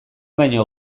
baino